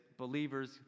Believers